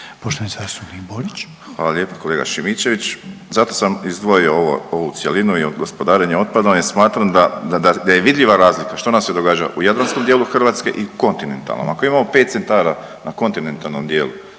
**Borić, Josip (HDZ)** Hvala lijepa kolega Šimičević. Zato sam izdvojio ovu cjelinu i gospodarenje otpadom jer smatram da, da je vidljiva razlika što nam se događa u jadranskom dijelu Hrvatske i kontinentalnom. Ako imao 5 centara na kontinentalnom dijelu